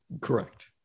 Correct